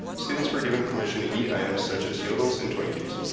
students were given permission to eat items such as yodels and twinkies.